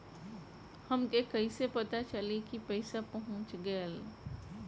हमके कईसे पता चली कि पैसा पहुच गेल?